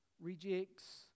rejects